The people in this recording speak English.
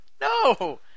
No